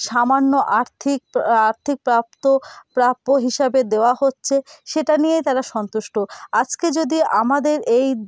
সামান্য আর্থিক আর্থিক প্রাপ্ত প্রাপ্য হিসাবে দেওয়া হচ্ছে সেটা নিয়েই তারা সন্তুষ্ট আজকে যদি আমাদের এই